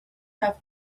have